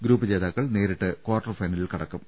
group ജേതാക്കൾ നേരിട്ട് quarter ഫൈനലിൽ കടക്കും